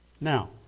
Now